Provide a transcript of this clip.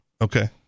Okay